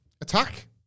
attack